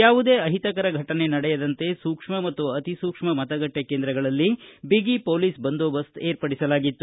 ಯಾವುದೇ ಅಹಿತಕರ ಫಟನೆ ನಡೆಯದಂತೆ ಸೂಕ್ಷ್ಮಮತ್ತು ಅತೀ ಸೂಕ್ಷ್ಮ ಮತಗಟ್ಟೆ ಕೇಂದ್ರಗಳಲ್ಲಿ ಬಿಗಿ ಪೋಲಿಸ್ ಬಂದೋಬಸ್ತ್ ಏರ್ಪಡಿಸಲಾಗಿತ್ತು